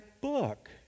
book